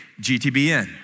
GTBN